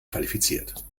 qualifiziert